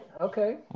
Okay